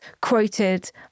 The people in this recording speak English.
quoted